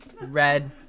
Red